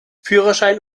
führerschein